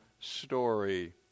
story